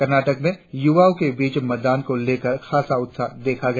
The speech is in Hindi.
कर्नाटक में युवाओं के बीच मतदान को लेकर खासा उत्साह देखा गया